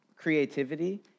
Creativity